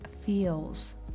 feels